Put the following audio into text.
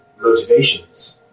motivations